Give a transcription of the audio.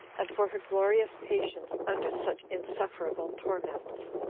and for her glorious patience under such insufferable torments.